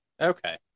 Okay